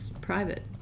private